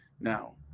Now